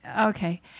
okay